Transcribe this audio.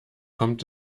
kommt